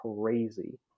crazy